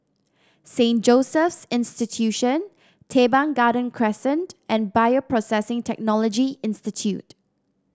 Saint Joseph's Institution Teban Garden Crescent and Bioprocessing Technology Institute